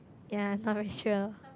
ya I'm not very sure